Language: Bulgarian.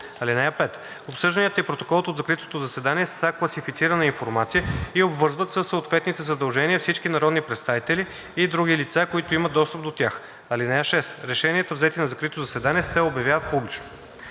(5) Обсъжданията и протоколът от закритото заседание са класифицирана информация и обвързват със съответните задължения всички народни представители и други лица, които имат достъп до тях. (6) Решенията, взети на закрито заседание, се обявяват публично.“